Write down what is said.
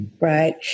Right